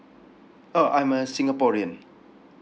oh I'm a singaporean